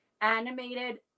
animated